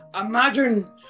Imagine